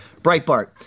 Breitbart